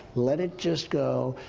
let it just go.